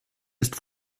ist